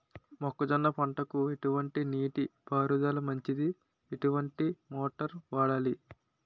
మొక్కజొన్న పంటకు ఎటువంటి నీటి పారుదల మంచిది? ఎటువంటి మోటార్ వాడాలి?